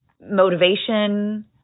motivation